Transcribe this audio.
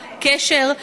קשר,